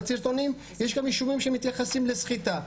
סרטונים ויש גם אישומים שמתייחסים לסחיטה.